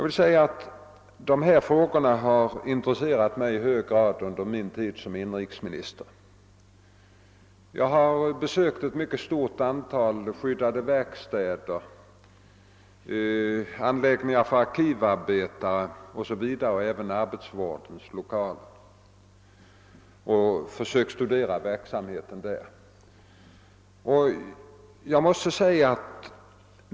Dessa frågor har intresserat mig i hög grad under min tid som inrikesminister. Jag har besökt ett mycket stort antal skyddade verkstäder, anläggningar för arkivarbetare, arbets vårdens lokaler osv., där jag försökt att studera verksamheten.